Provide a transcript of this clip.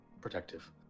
Protective